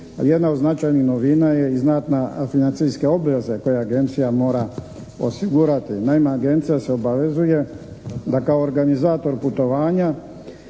Jedna od značajnih novina je i znatna financijska obveza koju agencija mora osigurati. Naime, agencija se obavezuje da kako organizator putovanja